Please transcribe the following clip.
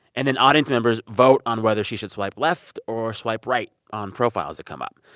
and then audience members vote on whether she should swipe left or swipe right on profiles that come up.